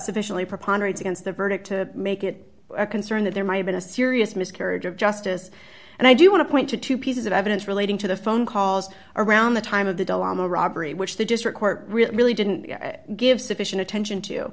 sufficiently preponderance against the verdict to make it a concern that there might have been a serious miscarriage of justice and i do want to point to two pieces of evidence relating to the phone calls around the time of the dhamma robbery which the district court really didn't give sufficient attention to